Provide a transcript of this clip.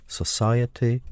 society